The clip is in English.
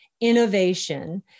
innovation